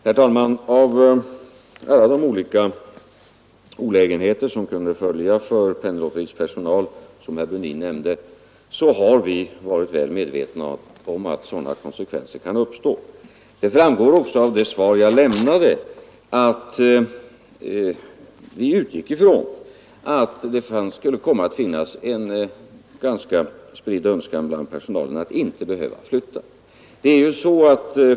Herr talman! Vi har varit väl medvetna om att de olika olägenheter kan uppstå som herr Brundin nämnde kunde föreligga för Penninglotteriets personal. Det framgår också av det svar jag lämnade att vi utgick från att det skulle komma att finnas en ganska spridd önskan bland personalen att inte behöva flytta.